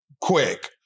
quick